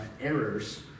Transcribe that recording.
errors